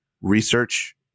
research